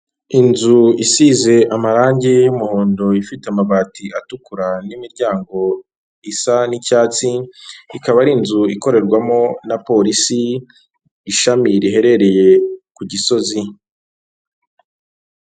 Inzu isize amarangi y'umuhondo, ifite amabati atukura n'imiryango isa n'icyatsi, ikaba ari inzu ikorerwamo na polisi, ishami riherereye ku Gisozi.